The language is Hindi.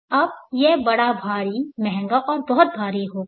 अब यह बड़ा भारी महंगा और बहुत भारी होगा